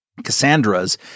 Cassandras